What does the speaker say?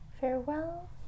Farewell